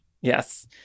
Yes